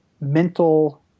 mental